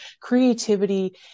creativity